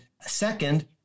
second